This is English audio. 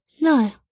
No